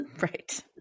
Right